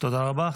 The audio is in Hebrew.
תודה רבה.